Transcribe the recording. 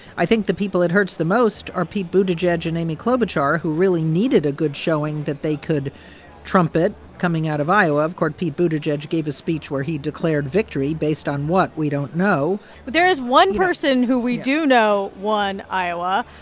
i think the people it hurts the most are pete buttigieg and amy klobuchar, who really needed a good showing that they could trumpet coming out of iowa. of course, pete buttigieg gave a speech where he declared victory based on what? we don't know but there is one person who we do know won iowa.